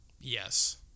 Yes